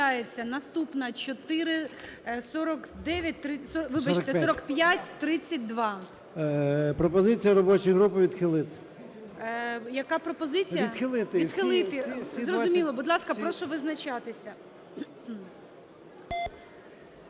Пропозиція робочої групи відхилити.